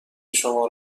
شما